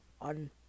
on